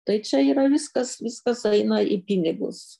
tai čia yra viskas viskas eina į pinigus